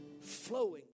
flowing